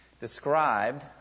described